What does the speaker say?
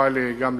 יוכל להיות